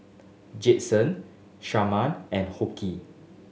Jayson Sharman and Hoke